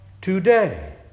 today